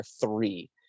three